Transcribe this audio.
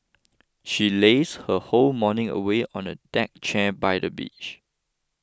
she lazed her whole morning away on a deck chair by the beach